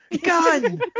Gun